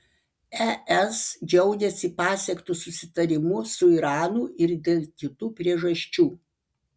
es džiaugiasi pasiektu susitarimu su iranu ir dėl kitų priežasčių